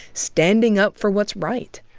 standing up for what's right.